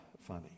funny